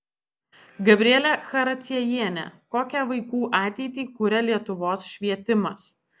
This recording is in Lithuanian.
gabrielė characiejienė kokią vaikų ateitį kuria lietuvos švietimas